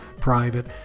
private